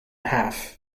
half